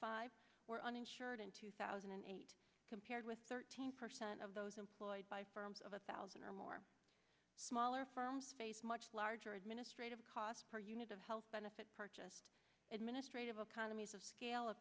five were uninsured in two thousand and eight compared with thirteen percent of those employed by firms of a thousand or more smaller firms face much larger administrative costs per unit of health benefits purchased administrative a condom use of scale